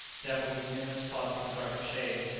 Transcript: dappled with numerous spots of a darker shade.